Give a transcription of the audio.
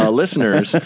listeners